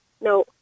No